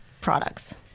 products